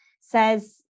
says